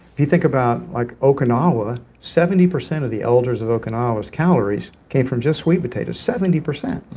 you think about like okinawa, seventy percent of the elders of okinawa's calories came from just sweet potatoes, seventy percent.